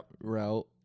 route